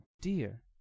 dear